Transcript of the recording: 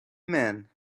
man